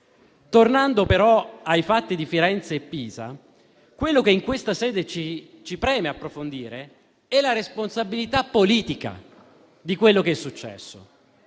Tornando però ai fatti di Firenze e Pisa, quello che in questa sede ci preme approfondire è la responsabilità politica di quanto è successo.